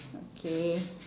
okay